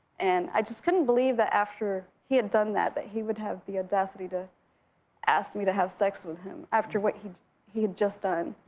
and i just couldn't believe that after he had done that, that he would have the audacity to ask me to have sex with him after what he he had just done.